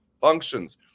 functions